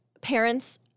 parents